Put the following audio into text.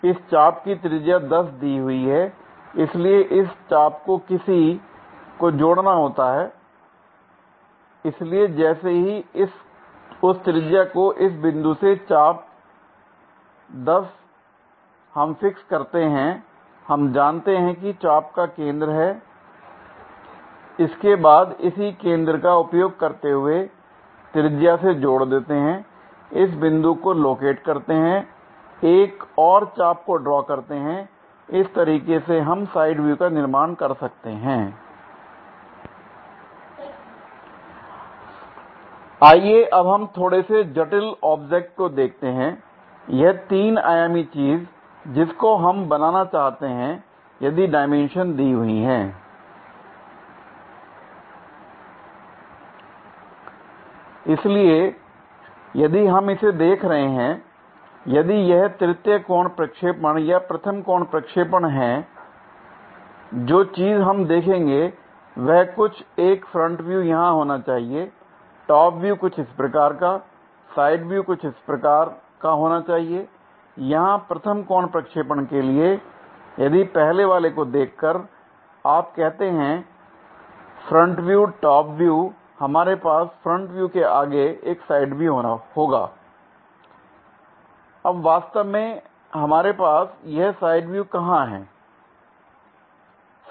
इस चाप की त्रिज्या 10 दी हुई है l इसलिए इस चाप को किसी को जोड़ना होता है lइसलिए जैसे ही उस त्रिज्या को इस बिंदु से चाप 10 हम फिक्स करते हैं हम जानते हैं कि चाप का केंद्र है इसके बाद इसी केंद्र का उपयोग करते हुए त्रिज्या से जोड़ देते हैं l इस बिंदु को लोकेट करते हैं एक और चाप को ड्रॉ करते हैं l इस तरीके से हम साइड व्यू का निर्माण कर सकते हैं l आइए अब हम इस थोड़े से जटिल ऑब्जेक्ट को देखते हैं l यह तीन आयामी चीज जिसको हम बनाना चाहते हैं यदि डाइमेंशंस दी हुई है l इसलिए यदि हम इसे देख रहे हैं l यदि यह तृतीय कोण प्रक्षेपण या प्रथम कोण प्रक्षेपण है जो चीज हम देखेंगे वह कुछ एक फ्रंट व्यू यहां होना चाहिए टॉप व्यू कुछ इस प्रकार का साइड व्यू कुछ इस प्रकार का होना चाहिए l यहां प्रथम कोण प्रक्षेपण के लिए यदि पहले वाले को देखकर आप कहते हैं फ्रंट व्यू टॉप व्यू हमारे पास फ्रंट व्यू के आगे एक साइड व्यू होगा l अब वास्तव में हमारे पास यह साइड व्यू कहां है